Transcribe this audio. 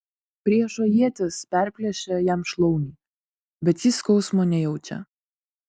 priešo ietis perplėšia jam šlaunį bet jis skausmo nejaučia